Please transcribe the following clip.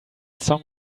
song